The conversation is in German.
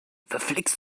verflixt